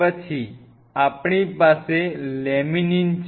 પછી આપણી પાસે લેમિનીન છે